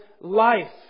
life